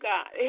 God